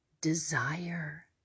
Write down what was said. desire